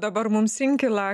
dabar mums inkilą